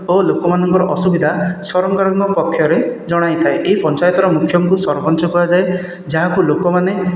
ଓ ଲୋକମାନଙ୍କର ଅସୁବିଧା ସରକାରଙ୍କ ପକ୍ଷରେ ଜଣାଇଥାଏ ଏହି ପଞ୍ଚାୟତର ମୁଖ୍ୟଙ୍କୁ ପଞ୍ଚାୟତ କୁହାଯାଏ ଯାହାକୁ ଲୋକମାନେ